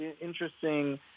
interesting